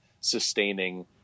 sustaining